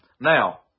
Now